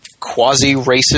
quasi-racist